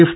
F